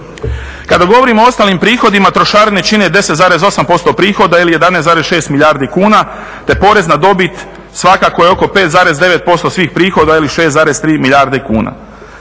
Kada govorimo o ostalim prihodima trošarine čine 10,8% prihoda ili 11,6 milijardi kuna te porezna dobit svakako je oko 5,9% svih prihoda ili 6,3 milijardi kuna.